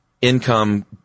income